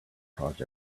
project